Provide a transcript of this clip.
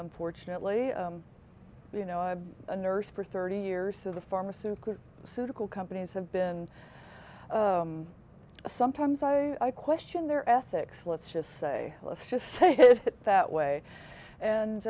unfortunately you know i'm a nurse for thirty years so the pharmaceutical suitable companies have been sometimes i question their ethics let's just say let's just say it that way and